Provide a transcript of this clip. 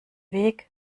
weg